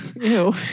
Ew